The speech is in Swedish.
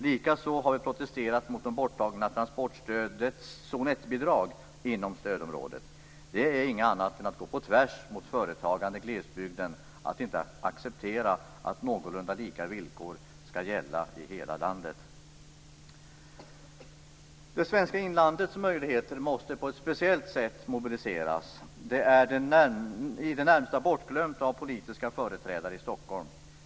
Likaså har vi protesterat mot det borttagna transportstödets zon 1-bidrag inom stödområdet. Det är inget annat än att gå på tvärs mot företagande i glesbygden att inte acceptera att någorlunda lika villkor skall gälla i hela landet. Det svenska inlandets möjligheter måste på ett speciellt sätt mobiliseras. Det är i det närmaste bortglömt av politiska företrädare i Stockholm.